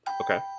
Okay